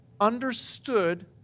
understood